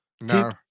No